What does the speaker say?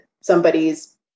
somebody's